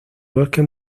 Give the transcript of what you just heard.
bosque